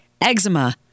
eczema